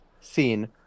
scene